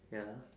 ya